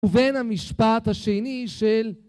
ובין המשפט השני של